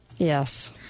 Yes